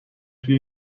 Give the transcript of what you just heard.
توی